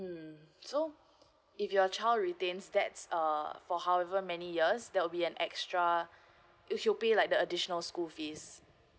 mm so if your child retains that's uh for however many years that will be an extra you should pay like the additional school fees